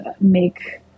make